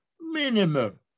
Minimum